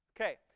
Okay